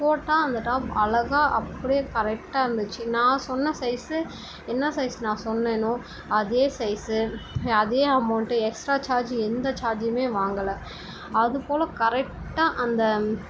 போட்டா அந்த டாப் அழகா அப்படியே கரெக்டாக இருந்துச்சு நான் சொன்ன சைஸ்ஸு என்ன சைஸ்ஸு நான் சொன்னேன்னோ அதே சைஸ்ஸு அதே அமௌண்ட்டு எக்ஸ்ட்ரா சார்ஜ் எந்த சார்ஜுமே வாங்கல அது போல கரெக்டாக அந்த